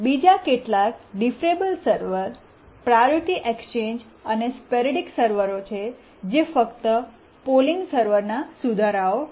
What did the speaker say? બીજા કેટલાક deferrable server priority exchange અને સ્પોરૈડિક સર્વરો છે જે ફક્ત પોલિંગ સર્વર ના સુધારાઓ છે